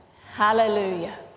Hallelujah